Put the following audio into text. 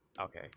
Okay